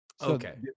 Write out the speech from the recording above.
Okay